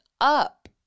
up